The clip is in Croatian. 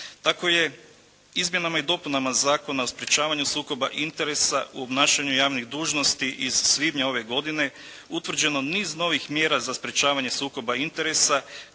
Tako je izmjenama i dopunama Zakona o sprečavanju sukoba interesa u obnašanju javnih dužnosti iz svibnja ove godine utvrđeno niz novih mjera za sprečavanje sukoba interesa